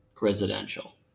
residential